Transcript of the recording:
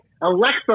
Alexa